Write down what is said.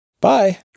Bye